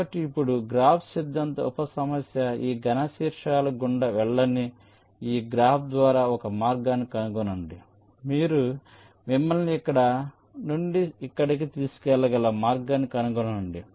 కాబట్టి ఇప్పుడు గ్రాఫ్ సిద్ధాంత ఉప సమస్య ఈ ఘన శీర్షాల గుండా వెళ్ళని ఈ గ్రాఫ్ ద్వారా ఒక మార్గాన్ని కనుగొనండి మిమ్మల్ని ఇక్కడి నుండి ఇక్కడికి తీసుకెళ్లగల మార్గాన్ని కనుగొనండి